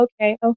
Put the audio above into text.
Okay